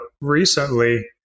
recently